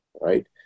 right